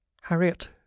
Harriet